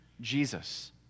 Jesus